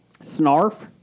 Snarf